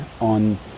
on